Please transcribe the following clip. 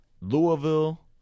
Louisville